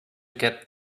get